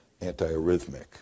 antiarrhythmic